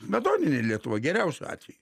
smetoninė lietuva geriausiu atveju